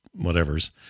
whatevers